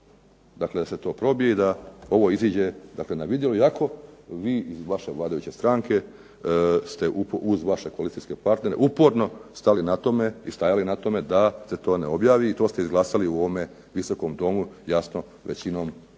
moguće da se to probije i ovo iziđe na vidjelo? Iako vi iz vladajuće vaše stranke uz vladajuće koalicijske partnere uporno stajali na tome da se to ne objavi i to ste izglasali u ovom Viskom domu jasno većinom